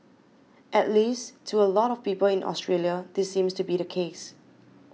at least to a lot of people in Australia this seems to be the case